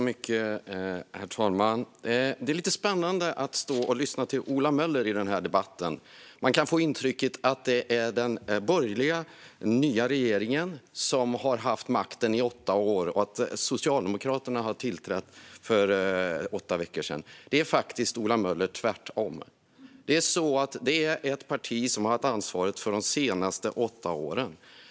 Herr talman! Det är lite spännande att lyssna till Ola Möller i den här debatten. Man kan få intrycket att det är den borgerliga nya regeringen som har haft makten i åtta år och att Socialdemokraterna har tillträtt för åtta veckor sedan. Det är faktiskt tvärtom, Ola Möller. Det är ert parti som har haft ansvaret de senaste åtta åren.